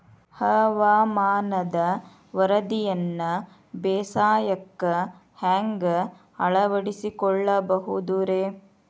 ಹವಾಮಾನದ ವರದಿಯನ್ನ ಬೇಸಾಯಕ್ಕ ಹ್ಯಾಂಗ ಅಳವಡಿಸಿಕೊಳ್ಳಬಹುದು ರೇ?